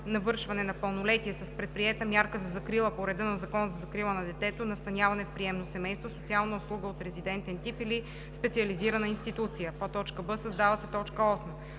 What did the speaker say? навършване на пълнолетие са с предприета мярка за закрила по реда на Закона за закрила на детето – настаняване в приемно семейство, социална услуга от резидентен тип или специализирана институция;“ б) създава се т. 8: